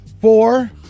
Four